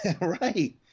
Right